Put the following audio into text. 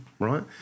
Right